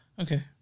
Okay